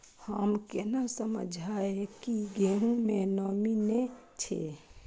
हम केना समझये की गेहूं में नमी ने छे?